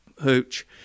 hooch